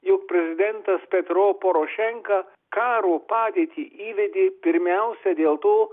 jog prezidentas petro porošenka karo padėtį įvedė pirmiausia dėl to